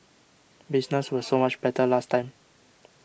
business was so much better last time